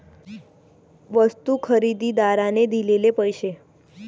वस्तू खरेदीदाराने दिलेले पैसे